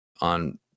on